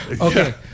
Okay